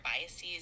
biases